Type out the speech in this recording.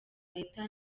leta